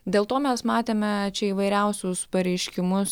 dėl to mes matėme čia įvairiausius pareiškimus